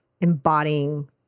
embodying